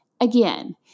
Again